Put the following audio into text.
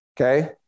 okay